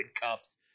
cups